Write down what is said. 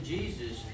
Jesus